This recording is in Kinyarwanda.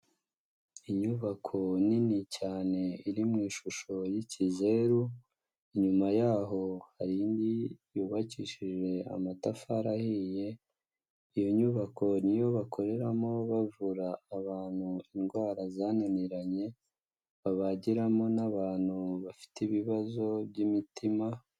Inyubako nini cyane iri mu ishusho y'ikizeru, inyuma yaho hari indi yubakishije amatafari ahiye. Iyo nyubako niyo bakoreramo bavura abantu indwara zananiranye, akaba agiramo n'abantu bafite ibibazo by'imitima.